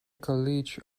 college